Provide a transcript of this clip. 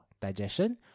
digestion